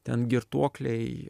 ten girtuokliai